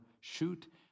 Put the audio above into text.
shoot